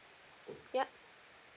yup